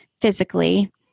physically